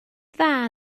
dda